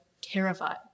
terrified